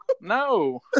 No